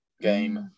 game